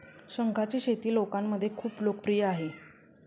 शंखांची शेती लोकांमध्ये खूप लोकप्रिय आहे